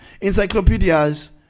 Encyclopedias